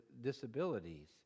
disabilities